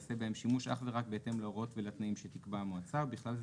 ויעה בהם שימוש אך ורק בהתאם להוראות ולתנאים שתקבע המועצה ובכלל זה